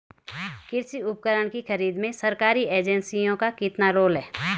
कृषि उपकरण की खरीद में सरकारी एजेंसियों का कितना रोल है?